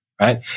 right